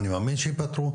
אני מאמין שייפתרו,